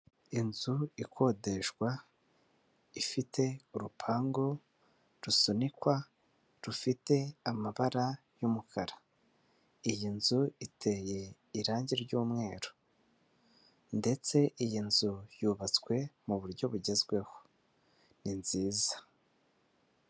Inzu ikodeshwa, ifite urupangu rusunikwa ,rufite amabara y'umukara .Iyi nzu iteye irangi ry'umweru ndetse iyi nzu yubatswe mu buryo bugezweho. Ni nziza.